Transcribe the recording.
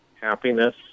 happiness